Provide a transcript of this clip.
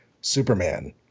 superman